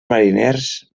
mariners